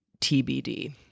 TBD